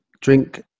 drink